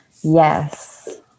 yes